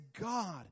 God